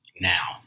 now